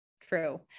True